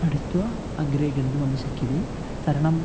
पठित्वा अग्रे गन्तुमपि शक्यते तरणं